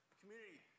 community